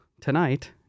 tonight